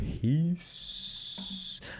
Peace